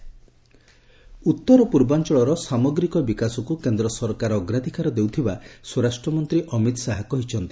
ଶାହା ମଣିପ୍ରର ଉତ୍ତର ପୂର୍ବାଞ୍ଚଳର ସାମଗ୍ରୀକ ବିକାଶକୁ କେନ୍ଦ୍ର ସରକାର ଅଗ୍ରାଧିକାର ଦେଉଥିବା ସ୍ୱରାଷ୍ଟ୍ର ମନ୍ତ୍ରୀ ଅମିତ୍ ଶାହା କହିଛନ୍ତି